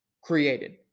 created